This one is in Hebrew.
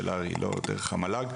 לא דרך המל"ג,